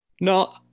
No